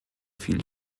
viel